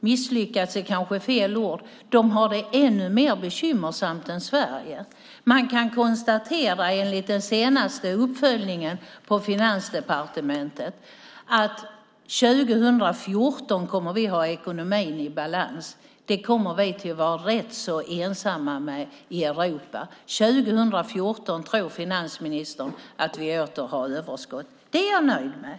Misslyckats är kanske fel ord att använda, men de har det ännu mer bekymmersamt än Sverige. Man kan enligt den senaste uppföljningen på Finansdepartementet konstatera att vi kommer att ha ekonomin i balans 2014. Det kommer vi att vara rätt så ensamma om i Europa. År 2014 tror finansministern att vi åter har överskott. Det är jag nöjd med.